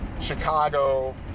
Chicago